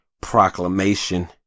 proclamation